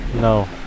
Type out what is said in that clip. No